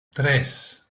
tres